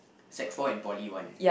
Sec four and Poly one